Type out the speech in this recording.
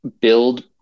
build